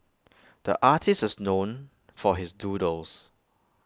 the artists is known for his doodles